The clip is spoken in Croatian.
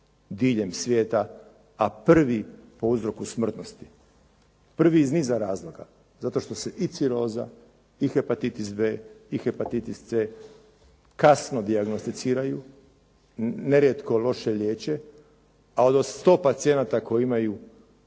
diljem svijeta, a prvi po uzroku smrtnosti. Prvi iz niza razloga. Zato što se i ciroza i hepatitis B i hepatitis C kasno dijagnosticiraju, nerijetko loše liječe. Ali od 100 pacijenata koji imaju